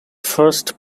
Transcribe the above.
first